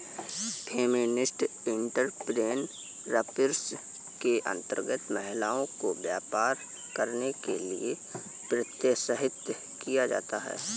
feminist entrepreneurship के अंतर्गत महिला को व्यापार करने के लिए प्रोत्साहित किया जाता है